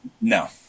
No